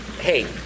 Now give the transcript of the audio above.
hey